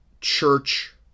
church